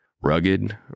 Rugged